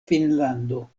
finnlando